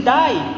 die